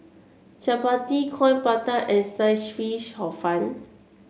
chappati Coin Prata and Sliced Fish Hor Fun